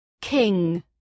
King